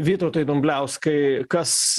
vytautai dumbliauskai kas